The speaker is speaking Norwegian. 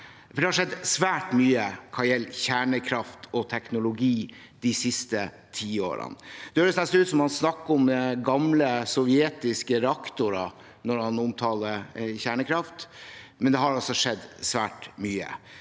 Det har skjedd svært mye hva gjelder kjernekraft og teknologi de siste tiårene. Det høres nesten ut som han snakker om gamle sovjetiske reaktorer når han omtaler kjernekraft, men det har altså skjedd svært mye.